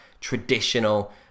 traditional